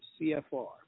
CFR